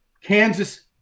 Kansas